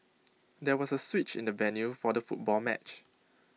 there was A switch in the venue for the football match